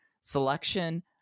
selection